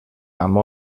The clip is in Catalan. amb